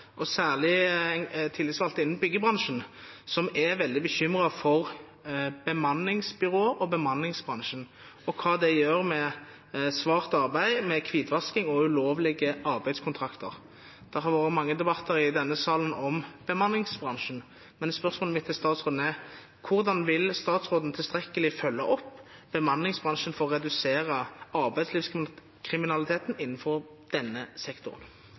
og særlig tillitsvalgte innen byggebransjen. De er veldig bekymret for bemanningsbyråer og bemanningsbransjen, og for hva det gjør med svart arbeid, med hvitvasking og med ulovlige arbeidskontrakter. Det har vært mange debatter i denne salen om bemanningsbransjen, men spørsmålet mitt til statsråden er: Hvordan vil statsråden tilstrekkelig følge opp bemanningsbransjen for å redusere arbeidslivskriminaliteten innenfor denne sektoren?